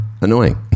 annoying